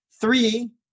Three